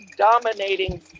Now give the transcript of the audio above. dominating